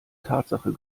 tatsache